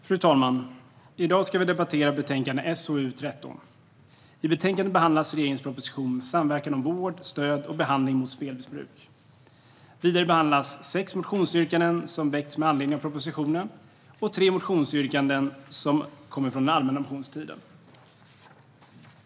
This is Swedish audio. Fru talman! I dag ska vi debattera betänkande SoU13. I betänkandet behandlas regeringens proposition Samverkan om vård, stöd och behandling mot spelmissbruk . Vidare behandlas sex motionsyrkanden som väckts med anledning av propositionen och tre motionsyrkanden från allmänna motionstiden.